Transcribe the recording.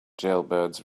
jailbirds